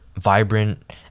vibrant